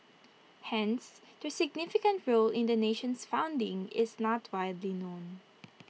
hence their significant role in the nation's founding is not widely known